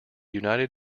united